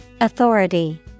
Authority